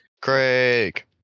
Craig